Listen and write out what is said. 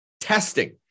testing